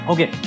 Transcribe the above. Okay